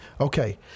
Okay